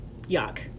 yuck